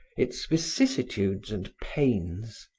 its vicissitudes and pains.